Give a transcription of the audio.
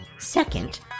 Second